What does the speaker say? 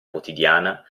quotidiana